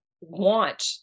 want